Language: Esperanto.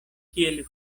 kiel